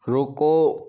रुको